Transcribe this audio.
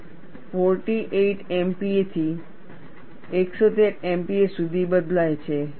તે 48 MPa થી 113 MPa સુધી બદલાય છે